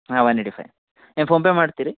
ಹಾಂ one eighty five ಏನು PhonePe ಮಾಡ್ತೀರಿ